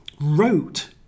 wrote